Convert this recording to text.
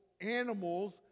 animals